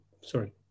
sorry